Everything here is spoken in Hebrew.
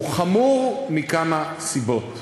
הוא חמור מכמה סיבות.